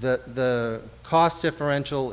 the cost differential